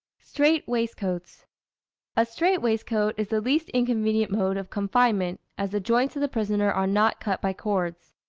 strait-waistcoats a strait-waistcoat is the least inconvenient mode of confinement, as the joints of the prisoner are not cut by cords.